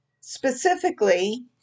Specifically